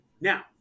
now